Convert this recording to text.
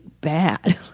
bad